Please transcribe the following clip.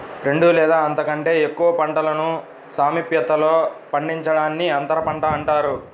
రెండు లేదా అంతకంటే ఎక్కువ పంటలను సామీప్యతలో పండించడాన్ని అంతరపంట అంటారు